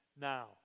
now